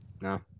No